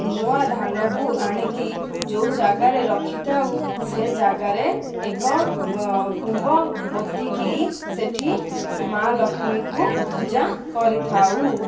ନୂଆ ଧାନକୁ ଆଣିକି ଯେଉଁ ଜାଗାରେ ରଖିଥାଉ ସେ ଜାଗାରେ ଏକ ଖୁମ୍ବ ପୋତିକି ସେଠି ମା' ଲକ୍ଷ୍ମୀଙ୍କୁ ପୂଜା କରିଥାଉ